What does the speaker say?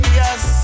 yes